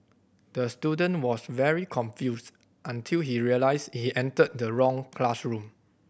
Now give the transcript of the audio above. the student was very confused until he realised he entered the wrong classroom